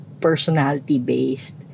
personality-based